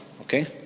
okay